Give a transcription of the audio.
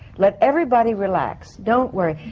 let everybody relax. don't worry.